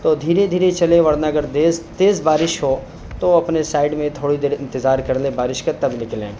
تو دھیرے دھیرے چلیں ورنہ اگر تیز بارش ہو تو اپنے سائڈ میں تھوڑی دیر انتظار کر لے بارش کا تب نکلیں